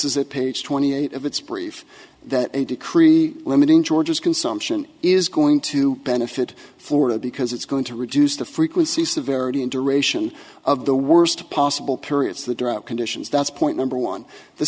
is it page twenty eight of its brief that a decree limiting georgia's consumption is going to benefit florida because it's going to reduce the frequency severity and duration of the worst possible periods the drought conditions that's point number one the